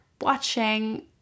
watching